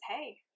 hey